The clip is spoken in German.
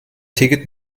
ticket